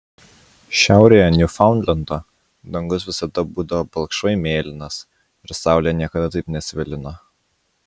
šiaurėje niufaundlendo dangus visada būdavo balkšvai mėlynas ir saulė niekada taip nesvilino